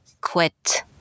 quit